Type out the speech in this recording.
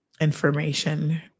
information